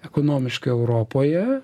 ekonomiškiai europoje